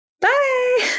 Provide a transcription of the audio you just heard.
Bye